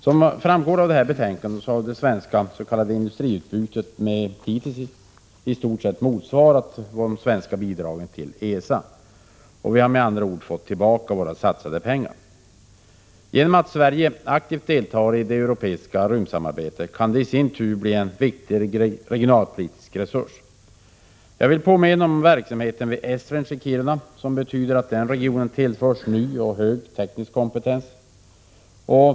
Som framgår av näringsutskottets betänkande har det svenska s.k. industriutbytet hittills motsvarat de svenska bidragen till ESA. Vi har med andra ord fått tillbaka våra satsade pengar. Genom att Sverige deltar i det europeiska rymdsamarbetet kan det i sin tur bli en viktig regionalpolitisk resurs. Jag vill påminna om verksamheten vid Esrange i Kiruna, som betyder att den regionen tillförs ny och hög teknisk kompetens.